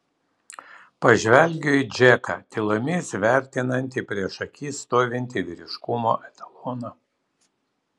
pažvelgiu į džeką tylomis vertinantį prieš akis stovintį vyriškumo etaloną